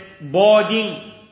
boarding